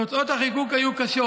תוצאות החיקוק היו קשות: